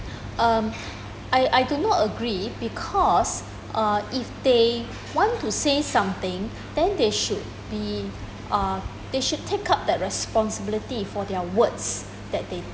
um I I do not agree because uh if they want to say something then they should be uh they should take up that responsibility for their words that they